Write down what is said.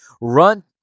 run